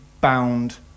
bound